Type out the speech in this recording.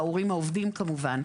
ההורים העובדים כמובן,